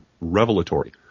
revelatory